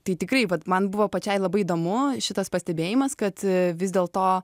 tai tikrai vat man buvo pačiai labai įdomu šitas pastebėjimas kad vis dėl to